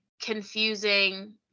confusing